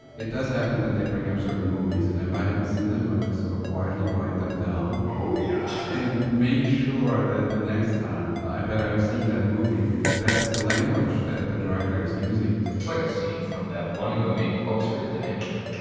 it does happen that they bring up certain movies. and if i haven't seen them, i just sort of quietly write them down. oh, yeah! and make sure that the next time, i better have seen that movie because that's the language that the director is using. it's like a scene from that one movie. i always forget the name of it.